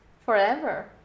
forever